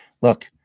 Look